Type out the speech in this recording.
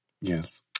Yes